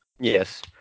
Yes